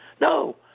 No